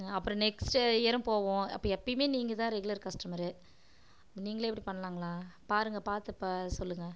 அப்புறம் நெக்ஸ்ட்டு இயரும் போவோம் அப்போ எப்பேயுமே நீங்கள்தான் ரெகுலர் கஸ்டமரு நீங்களே இப்படி பண்ணலாங்களா பாருங்க பார்த்து பா சொல்லுங்க